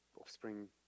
offspring